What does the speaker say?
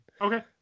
Okay